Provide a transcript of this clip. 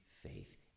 faith